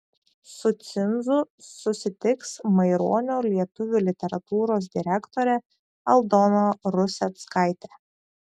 su cinzu susitiks maironio lietuvių literatūros direktorė aldona ruseckaitė